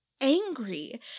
angry